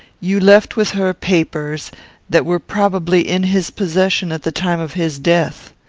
you left with her papers that were probably in his possession at the time of his death.